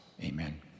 amen